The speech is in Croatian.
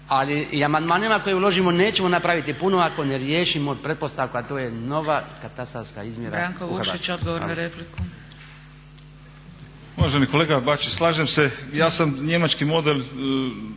i amandmanima koje uložimo nećemo napraviti puno ako ne riješimo i pretpostavka to je nova katastarska izmjera